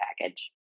package